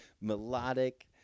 melodic